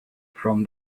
from